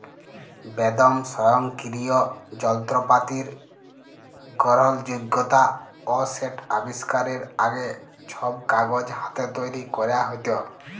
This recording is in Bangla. বেদম স্বয়ংকিরিয় জলত্রপাতির গরহলযগ্যতা অ সেট আবিষ্কারের আগে, ছব কাগজ হাতে তৈরি ক্যরা হ্যত